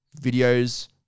Videos